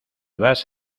vas